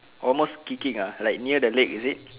almost kicking uh like near the leg is it